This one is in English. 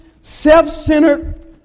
self-centered